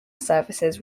services